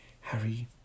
Harry